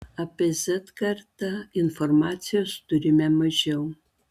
apie z kartą informacijos turime mažiau